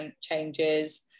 changes